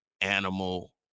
animal